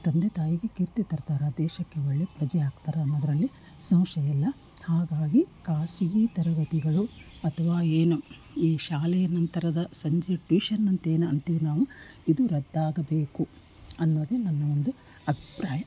ತಂದೆ ತಾಯಿಗೆ ಕೀರ್ತಿ ತರ್ತಾರೆ ದೇಶಕ್ಕೆ ಒಳ್ಳೆಯ ಪ್ರಜೆ ಆಗ್ತಾರೆ ಅನ್ನೋದರಲ್ಲಿ ಸಂಶಯ ಇಲ್ಲ ಹಾಗಾಗಿ ಖಾಸಗಿ ತರಗತಿಗಳು ಅಥವಾ ಏನು ಈ ಶಾಲೆಯ ನಂತರದ ಸಂಜೆಯ ಟ್ಯೂಷನ್ ಅಂತ ಏನು ಅಂತೀವಿ ನಾವು ಇದು ರದ್ದಾಗಬೇಕು ಅನ್ನೋದೇ ನನ್ನ ಒಂದು ಅಭಿಪ್ರಾಯ